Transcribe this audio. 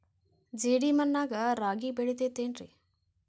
ಜೇಡಿ ಮಣ್ಣಾಗ ರಾಗಿ ಬೆಳಿತೈತೇನ್ರಿ?